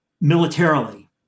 militarily